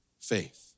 faith